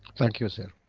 thank you sir.